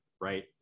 right